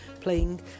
playing